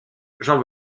jean